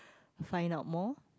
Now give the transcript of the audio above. find out more